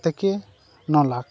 ᱛᱷᱮᱠᱮ ᱱᱚ ᱞᱟᱠᱷ